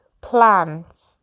plans